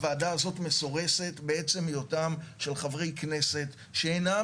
הוועדה הזאת מסורסת בעצם היותם של חברי כנסת שאינם